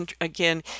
again